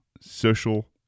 social